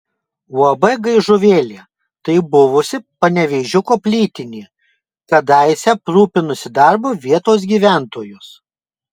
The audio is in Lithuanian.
uab gaižuvėlė tai buvusi panevėžiuko plytinė kadaise aprūpinusi darbu vietos gyventojus